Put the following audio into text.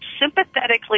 sympathetically